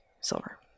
silver